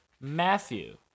Matthew